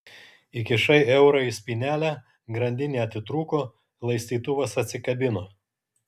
įkišai eurą į spynelę grandinė atitrūko laistytuvas atsikabino